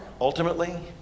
ultimately